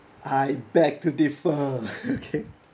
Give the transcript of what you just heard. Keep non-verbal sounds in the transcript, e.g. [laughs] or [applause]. I beg to differ [laughs] okay